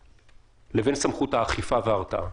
בין סמכות הפיקוח לבין סמכות האכיפה וההרתעה,